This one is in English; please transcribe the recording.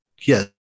yes